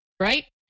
Right